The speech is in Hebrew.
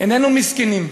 איננו מסכנים.